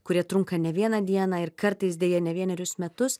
kurie trunka ne vieną dieną ir kartais deja ne vienerius metus